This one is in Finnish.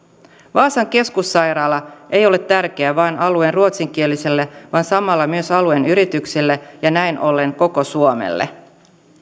vaasan keskussairaala ei ole tärkeä vain alueen ruotsinkielisille vaan samalla myös alueen yrityksille ja näin ollen koko suomelle